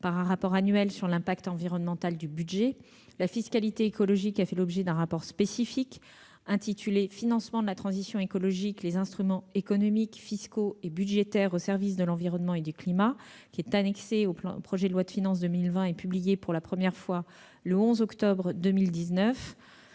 par un rapport annuel sur l'impact environnemental du budget. La fiscalité écologique a fait l'objet d'un rapport spécifique, intitulé « Financement de la transition écologique : les instruments économiques, fiscaux et budgétaires au service de l'environnement et du climat », qui est annexé au projet de loi de finances pour 2020 et a été publié, pour la première fois, le 11 octobre 2019.